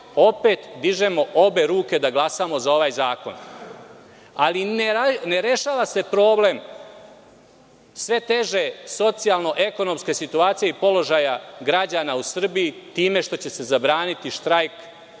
opet dižemo obe ruke da glasamo za ova zakon. Ali, ne rešava se problem sve teže socijalno-ekonomske situacije i položaja građana u Srbiji time što će se zabraniti štrajk